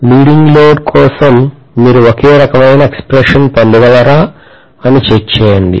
leading load కోసం మీరు ఒకే రకమైన ఎక్స్ప్రెషన్ పొందగలరా అని చెక్ చేయండి